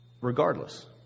regardless